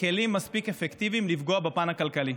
כלים מספיק אפקטיביים לפגוע בהם בפן הכלכלי.